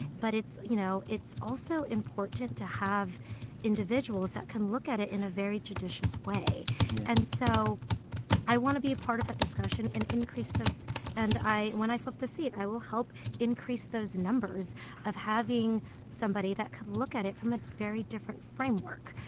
but it's you know, it's also important to have individuals that can look at it in a very judicious way yeah and so i want to be a part of that discussion and increase those and i when i flip the seat, i will help increase those numbers of having somebody that could look at it from a very different framework.